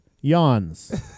yawns